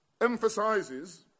emphasizes